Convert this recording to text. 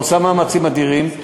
עושה מאמצים אדירים.